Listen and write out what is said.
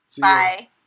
Bye